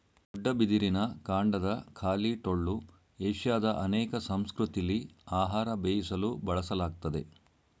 ದೊಡ್ಡ ಬಿದಿರಿನ ಕಾಂಡದ ಖಾಲಿ ಟೊಳ್ಳು ಏಷ್ಯಾದ ಅನೇಕ ಸಂಸ್ಕೃತಿಲಿ ಆಹಾರ ಬೇಯಿಸಲು ಬಳಸಲಾಗ್ತದೆ